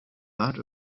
that